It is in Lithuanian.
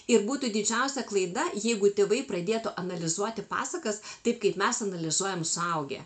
ir būtų didžiausia klaida jeigu tėvai pradėtų analizuoti pasakas taip kaip mes analizuojam suaugę